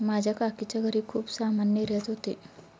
माझ्या काकीच्या घरी खूप सामान निर्यात होते